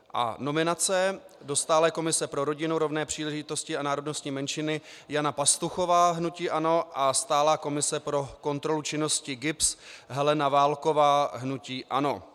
A nominace: do stálé komise pro rodinu, rovné příležitosti a národnostní menšiny Jana Pastuchová, hnutí ANO, a stálé komise pro kontrolu činnosti GIBS Helena Válková, hnutí ANO.